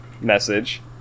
message